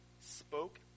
spoke